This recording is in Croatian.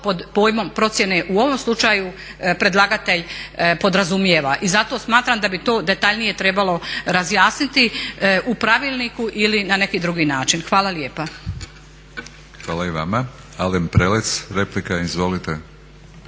pod pojmom procjene u ovom slučaju predlagatelj podrazumijeva. I zato smatram da bi to detaljnije trebalo razjasniti u pravilniku ili na neki drugi način. Hvala lijepa. **Batinić, Milorad (HNS)** Hvala i vama. Alen Prelec replika. Izvolite.